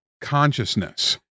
consciousness